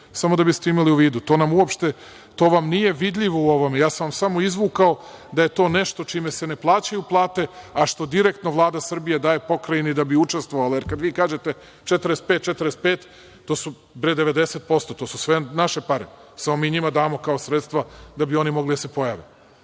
Samo da biste imali u vidu, to vam uopšte nije vidljivo u ovome, ja sam samo izvukao da je to nešto ne plaćaju plate, a što direktno Vlada Srbije daje Pokrajini da bi učestvovala. Jer, kada vi kažete – 45, 45, to su 90% sve naše pare, samo mi njima damo kao sredstva da bi oni mogli da se pojave.